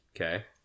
Okay